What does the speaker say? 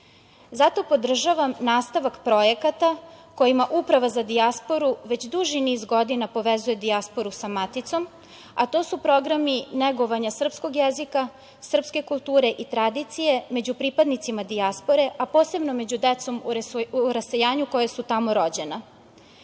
Zato podržavam nastavak projekata kojima Uprava za dijasporu već duži niz godina povezuje dijasporu sa maticom, a to su programi negovanja srpskog jezika, srpske kulture i tradicije među pripadnicima dijaspore, a posebno među decom u rasejanju koja su tamo rođena. Dobro